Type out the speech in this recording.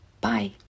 Bye